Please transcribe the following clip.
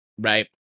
Right